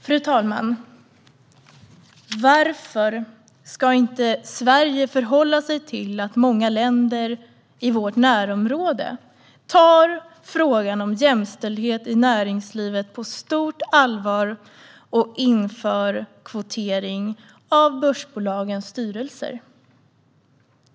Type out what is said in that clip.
Fru talman! Varför ska inte Sverige förhålla sig till att många länder i vårt närområde tar frågan om jämställdhet i näringslivet på stort allvar och inför kvotering av börsbolagens styrelser?